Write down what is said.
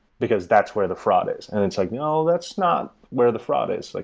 because that's where the fraud is. and it's like, no. that's not where the fraud is. like